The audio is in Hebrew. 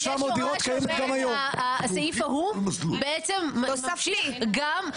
--- הסעיף ההוא בעצם נוסף גם,